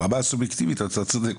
ברמה הסובייקטיבית אתה צודק,